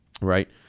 Right